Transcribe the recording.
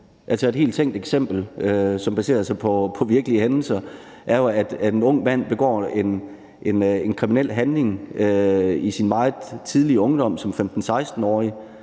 Et helt tænkt eksempel, som baserer sig på virkelige hændelser, er jo, at en ung mand begår en kriminel handling i sin meget tidlige ungdom, som 15-16-årig,